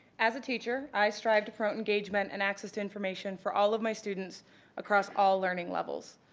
as a teacher, i strive to promote engagement and access to information for all of my students across all learning levels.